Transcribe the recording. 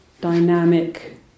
dynamic